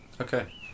Okay